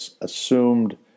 assumed